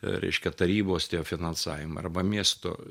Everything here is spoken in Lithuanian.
reiškia tarybos finansavimą arba miesto